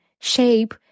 shape